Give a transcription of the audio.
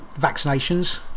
vaccinations